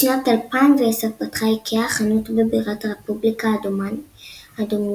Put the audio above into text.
בשנת 2010 פתחה איקאה חנות בבירת הרפובליקה הדומיניקנית,